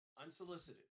Unsolicited